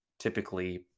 typically